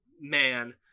man